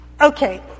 Okay